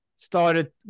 Started